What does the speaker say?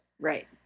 Right